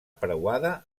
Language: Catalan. preuada